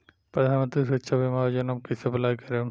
प्रधानमंत्री सुरक्षा बीमा योजना मे कैसे अप्लाई करेम?